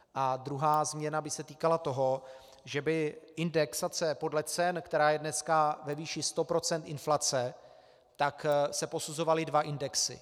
A druhá změna by se týkala toho, že by indexace podle cen, která je dneska ve výši 100 % inflace, tak se posuzovaly dva indexy.